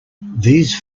these